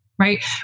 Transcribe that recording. right